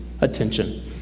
attention